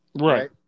Right